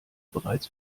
bereits